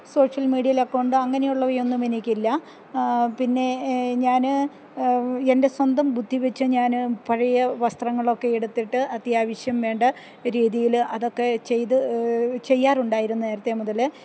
social മീഡിയേല് അക്കൗണ്ടോ അങ്ങനെയുള്ളവയൊന്നും എനിക്കില്ല പിന്നെ ഞാൻ എൻ്റെ സ്വന്തം ബുദ്ധി വെച്ച് ഞാൻ പഴയ വസ്ത്രങ്ങളൊക്കെ എടുത്തിട്ട് അത്യാവശ്യം വേണ്ട രീതിയിൽ അതൊക്കെ ചെയ്ത് ചെയ്യാറുണ്ടായിരുന്നു നേരത്തെ മുതൽ